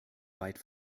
weit